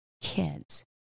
kids